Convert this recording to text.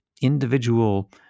individual